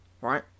right